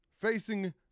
facing